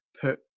put